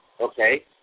Okay